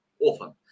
often